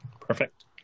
Perfect